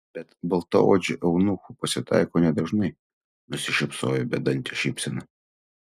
bet baltaodžių eunuchų pasitaiko nedažnai nusišypsojo bedante šypsena